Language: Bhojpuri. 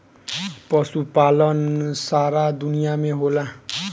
पशुपालन सारा दुनिया में होला